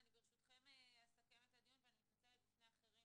אנחנו עובדים בשיתוף פעולה, אני נציג שם,